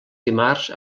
dimarts